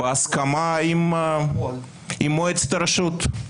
-- בהסכמה עם מועצת הרשות.